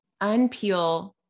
unpeel